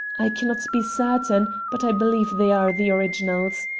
i cannot be certain, but i believe they are the originals.